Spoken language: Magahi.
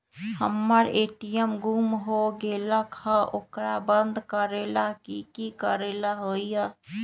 हमर ए.टी.एम गुम हो गेलक ह ओकरा बंद करेला कि कि करेला होई है?